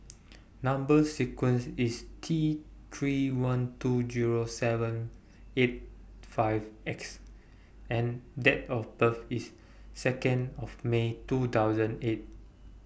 Number sequence IS T three one two Zero seven eight five X and Date of birth IS Second of May two thousand eight